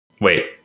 Wait